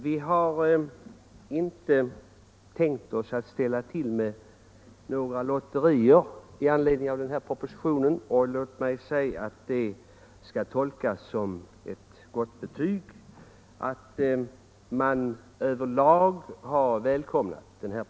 Vi har inte tänkt driva fram några lotterisituationer i anledning av denna proposition, och det skall tolkas som ett gott betyg åt propositionen. Den har välkomnats över lag.